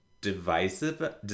divisive